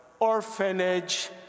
orphanage